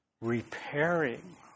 repairing